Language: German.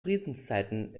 friedenszeiten